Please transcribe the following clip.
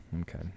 okay